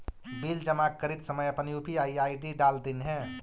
bill जमा करित समय अपन यू.पी.आई आई.डी डाल दिन्हें